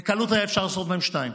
בקלות היה אפשר לעשות מהם שניים,